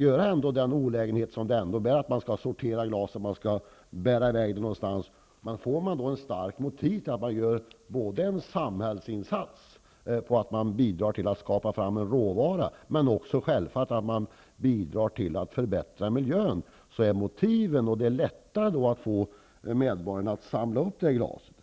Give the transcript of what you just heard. med den olägenhet som det ändå innebär att man skall sortera glas och bära i väg det någonstans. Om de får ett starkt motiv genom att de gör en samhällsinsats och bidrar till att få fram en råvara, men också självfallet bidrar till att förbättra miljön, blir det lättare att få medborgarna att samla upp glaset.